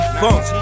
funk